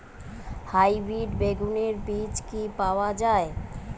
Hybrid বেগুনের বীজ কি পাওয়া য়ায়?